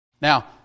Now